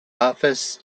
office